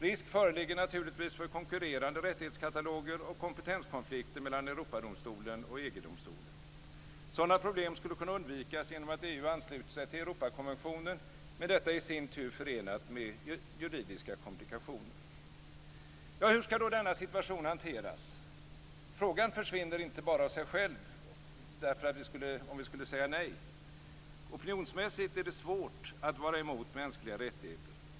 Risk föreligger naturligtvis för konkurrerande rättighetskataloger och kompetenskonflikter mellan Europadomstolen och EG-domstolen. Sådana problem skulle kunna undvikas genom att EU ansluter sig till Europakonventionen, men detta i sin tur är förenat med juridiska komplikationer. Hur ska då denna situation hanteras? Frågan försvinner inte bara av sig själv om vi skulle säga nej. Opinionsmässigt är det svårt att vara emot mänskliga rättigheter.